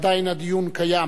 עדיין הדיון קיים,